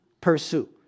pursue